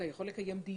אתה יכול לקיים דיון.